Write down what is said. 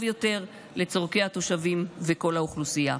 יותר על צורכי התושבים וכל האוכלוסייה.